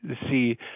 see